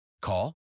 Call